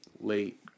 late